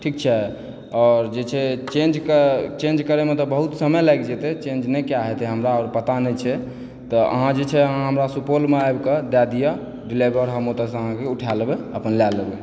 ठीक छै आओर जे छै चेन्ज कऽ चेन्ज करयमे तऽ बहुत लागि जेतए चेन्ज नहि कए हेतए हमरा आओर पता नहि छै तऽ अहाँ जे छै हमरा अहाँ सुपौलमे आबि कऽ दए दिअ डिलिवर हम ओतऽसँ अहाँकऽ उठा लेबय अपन लए लेबय